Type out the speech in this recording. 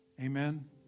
Amen